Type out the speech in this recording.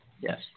yes